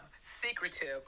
secretive